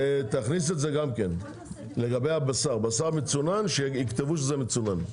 תכניס לגבי הבשר, בשר מצונן שיכתבו שמצונן.